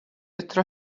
ittra